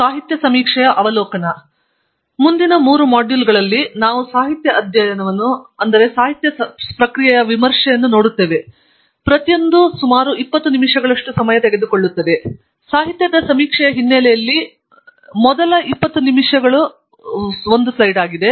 ಸಾಹಿತ್ಯದ ಸಮೀಕ್ಷೆಯ ಹಿನ್ನೆಲೆಯಲ್ಲಿ ಮೊದಲ ಇಪ್ಪತ್ತು ನಿಮಿಷಗಳು ಸ್ಲೈಡ್ಗಳಾಗಿರುತ್ತವೆ